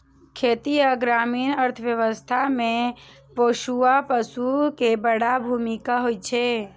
खेती आ ग्रामीण अर्थव्यवस्था मे पोसुआ पशु के बड़ भूमिका होइ छै